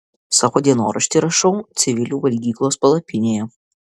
savo dienoraštį rašau civilių valgyklos palapinėje